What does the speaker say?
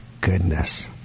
goodness